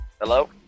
Hello